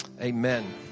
Amen